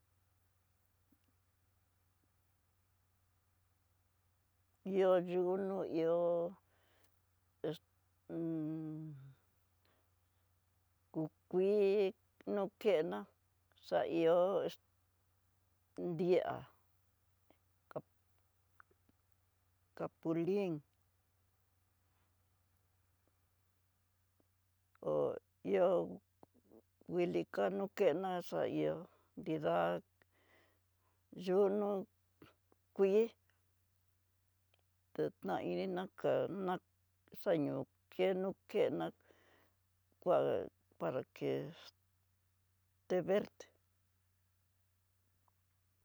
Ihá iunó yo'o ex un ku kuii, nokena xaihó ex di'á ca- capulin kó ihó kuili kano kená xá ihó nridá yonó kuii xataininá kadná, xaño kenó kená kuá para que té verde.